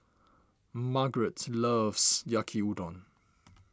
Margrett loves Yaki Udon